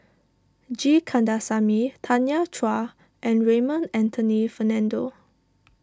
G Kandasamy Tanya Chua and Raymond Anthony Fernando